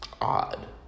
odd